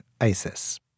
Isis